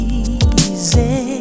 easy